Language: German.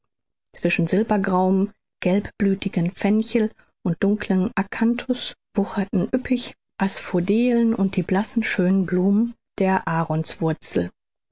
zwischen silbergrauem gelbblüthigen fenchel und dunklem akanthus wucherten üppig asphodelen und die blassen schönen blumen der